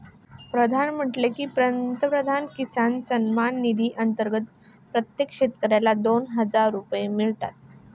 प्रधान म्हणाले की, पंतप्रधान किसान सन्मान निधी अंतर्गत प्रत्येक शेतकऱ्याला दोन हजार रुपये मिळतात